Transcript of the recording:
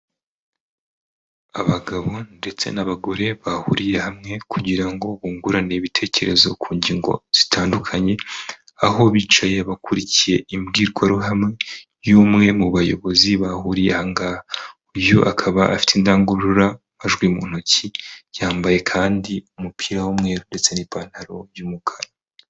Abagabo ndetse n'abagore bahuriye hamwe, kugira ngo bungurane ibitekerezo ku ngingo zitandukanye, aho bicaye bakurikiye imbwirwaruhame y'umwe mu bayobozi bahuriye aha ngaha. Uyu akaba afite indangururamajwi mu ntoki yambaye kandi umupira w'umweru ndetse n'ipantaro by'umukara.